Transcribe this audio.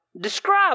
describe